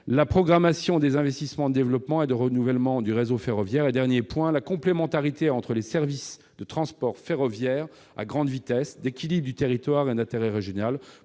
; programmer les investissements de développement et de renouvellement du réseau ferroviaire ; assurer la complémentarité entre les services de transport ferroviaire à grande vitesse, d'équilibre du territoire et d'intérêt régional,